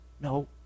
no